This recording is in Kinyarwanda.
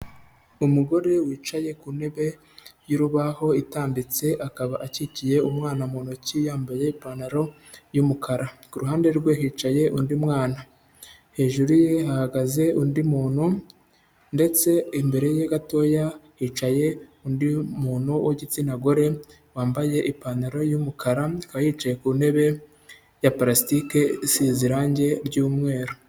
Umugore wicaye ku ntebe y'urubaho itambitse, akaba akikiye umwana mu ntoki yambaye ipantaro y'umukara. Ku ruhande rwe hicaye undi mwana. Hejuru ye hahagaze undi muntu ndetse imbere ye gatoya hicaye undi muntu w'igitsina gore, wambaye ipantaro y'umukara akaba yicaye ku ntebe ya purastiki isize irangi ry'umweru.